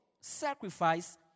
sacrifice